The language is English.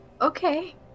Okay